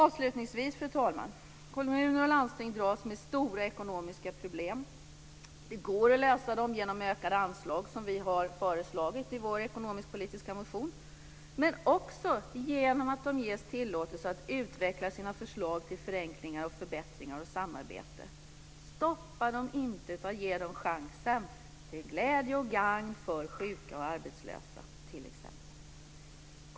Avslutningsvis, fru talman, så dras kommuner och landsting med stora ekonomiska problem. Det går att lösa dem genom ökade anslag, som vi har föreslagit i vår ekonomiskpolitiska motion, men också genom att de ges tillåtelse att utveckla sina förslag till förenklingar, förbättringar och samarbete. Stoppa dem inte, utan ge dem chansen till glädje och gagn för sjuka och arbetslösa t.ex.!